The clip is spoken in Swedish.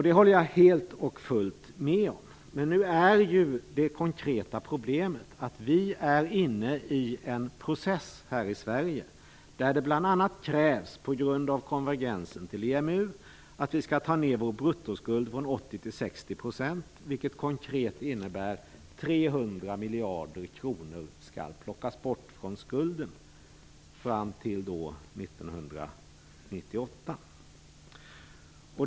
Det håller jag helt och fullt med om. Men nu är det konkreta problemet att vi är inne i en process här i Sverige där det på grund av konvergensen till EMU bl.a. krävs att vi skall ta ned vår bruttoskuld från 80 % till 60 %, vilket konkret innebär att 300 miljarder kronor skall plockas bort från skulden fram till 1998.